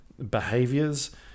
behaviors